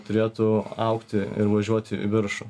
turėtų augti ir važiuoti į viršų